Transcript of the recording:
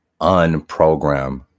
unprogram